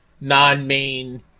non-main